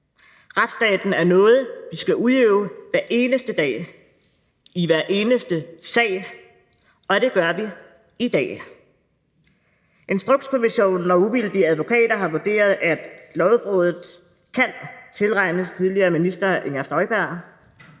Retsstaten er noget, vi skal udøve hvad eneste dag i hver eneste sag. Og det gør vi i dag. Instrukskommissionen og uvildige advokater har vurderet, at lovbruddet kan tilregnes tidligere minister Inger Støjberg.